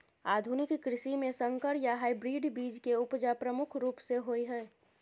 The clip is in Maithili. आधुनिक कृषि में संकर या हाइब्रिड बीज के उपजा प्रमुख रूप से होय हय